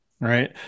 right